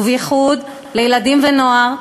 ובייחוד לילדים ונוער,